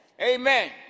Amen